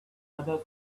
others